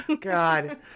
god